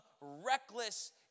reckless